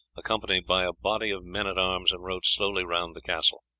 accompanied by a body of men-at-arms, and rode slowly round the castle.